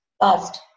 passed